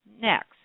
Next